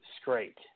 straight